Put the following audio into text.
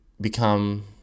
become